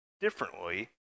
differently